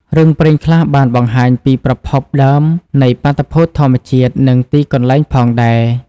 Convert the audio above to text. រឿងព្រេងខ្លះបានបង្ហាញពីប្រភពដើមនៃបាតុភូតធម្មជាតិ និងទីកន្លែងផងដែរ។